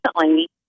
recently